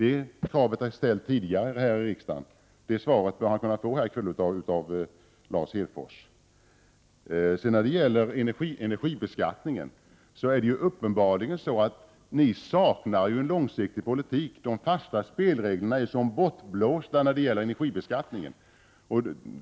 Ett svar på den frågan har tidigare begärts här i riksdagen, och det svaret bör han nu kunna få av Lars Hedfors. När det gäller energibeskattningen är det uppenbarligen så att ni saknar en långsiktig politik. De fasta spelreglerna är som bortblåsta när det gäller energibeskattningen.